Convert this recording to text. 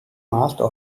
master